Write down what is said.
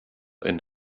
ein